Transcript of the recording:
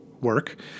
work